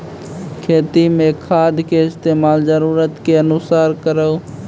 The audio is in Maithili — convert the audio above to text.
खेती मे खाद के इस्तेमाल जरूरत के अनुसार करऽ